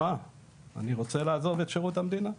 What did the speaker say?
שמע אני רוצה לעזוב את שירות המדינה,